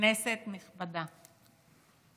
כנסת נכבדה,